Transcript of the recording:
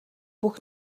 бүх